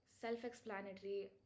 self-explanatory